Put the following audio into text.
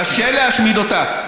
קשה להשמיד אותה,